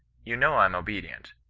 you know i'm obedient.